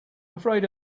afraid